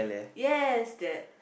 yes that